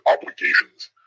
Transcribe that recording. obligations